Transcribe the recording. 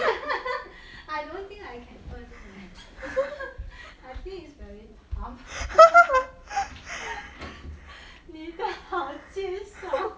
ha ha ha I don't think I can earn eh I think it's very tough 你的好介绍